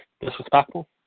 disrespectful